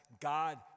God